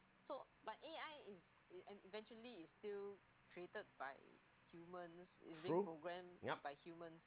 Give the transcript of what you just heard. true yup